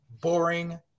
boring